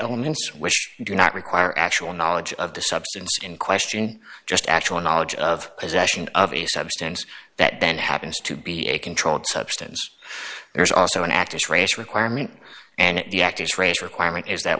elements which do not require actual knowledge of the substance in question just actual knowledge of possession of a substance that then happens to be a controlled substance there's also an active trace requirement and the act is race requirement is that